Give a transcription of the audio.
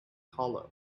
hollow